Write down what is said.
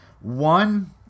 one